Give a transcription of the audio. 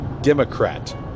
Democrat